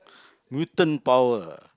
mutant power